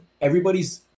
everybody's